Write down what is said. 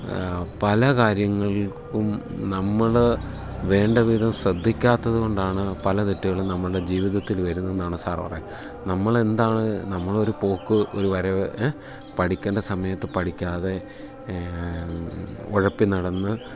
പല കാര്യങ്ങൾകും നമ്മൾ വേണ്ട വിധം ശ്രദ്ധിക്കാത്തത് കൊണ്ടാണ് പല തെറ്റുകൾ നമ്മളെ ജീവിതത്തിൽ വരുന്നത് എന്നാണ് സാർ പറയുന്നത് നമ്മൾ എന്താണ് നമ്മൾ ഒരു പോക്ക് ഒരു വരവ് പഠിക്കേണ്ട സമയത്ത് പഠിക്കാതെ ഉഴപ്പി നടന്നു